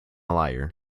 liar